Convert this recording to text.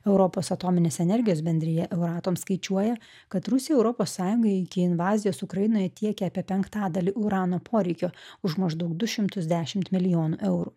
europos atominės energijos bendrija euratom skaičiuoja kad rusija europos sąjungai iki invazijos ukrainoje tiekia apie penktadalį urano poreikio už maždaug du šimtus dešimt milijonų eurų